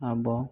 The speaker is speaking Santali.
ᱟᱵᱚ